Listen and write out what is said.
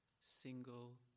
single